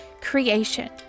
creation